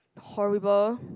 horrible